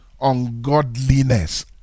Ungodliness